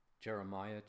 Jeremiah